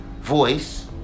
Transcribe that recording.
voice